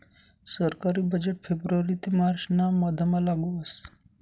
सरकारी बजेट फेब्रुवारी ते मार्च ना मधमा लागू व्हस